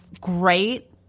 great